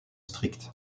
stricte